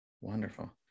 Wonderful